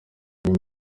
niyo